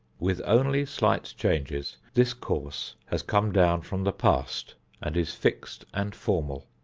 with only slight changes this course has come down from the past and is fixed and formal.